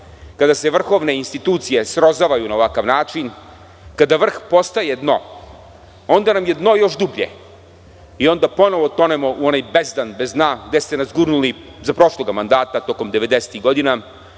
kada se vrhovne institucije srozavaju na ovakav način, kada vrh postaje dno, onda nam je dno još dublje i onda ponovo tonemo u onaj bezdan bez dna, gde ste nas gurnuli za prošlog mandata, tokom 90-ih godina,